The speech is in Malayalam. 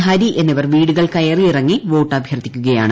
ഹരി എന്നിവർ വീടുകൾ കയറിയിറങ്ങി വോട്ട് അഭ്യർത്ഥിക്കുകയാണ്